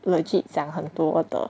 legit 想很多的